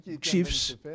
chiefs